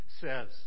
says